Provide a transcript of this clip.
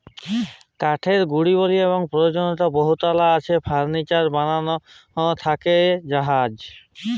কাঠের গুলাবলি এবং পরয়োজলীয়তা বহুতলা আছে ফারলিচার বালাল থ্যাকে জাহাজ